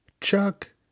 Chuck